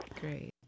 Great